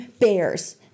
bears